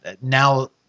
Now